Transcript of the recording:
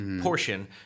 portion